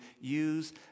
use